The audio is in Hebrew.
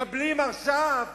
מקבלים עכשיו